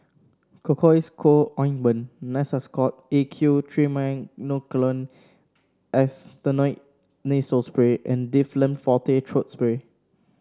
Cocois Co Ointment Nasacort A Q Triamcinolone Acetonide Nasal Spray and Difflam Forte Throat Spray